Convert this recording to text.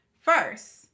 First